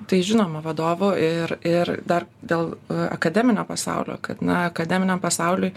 tai žinoma vadovo ir ir dar dėl akademinio pasaulio kad na akademiniam pasauliui